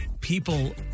People